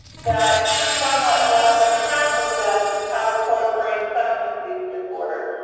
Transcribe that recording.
that somewhat less than half of them have a co-occurring substance use disorder.